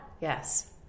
Yes